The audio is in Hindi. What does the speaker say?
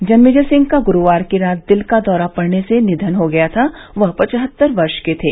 जन्मेजय सिंह का ग्रूवार की रात दिल का दौरा पड़ने से निधन हो गया था वह पचहत्तर वर्ष के थे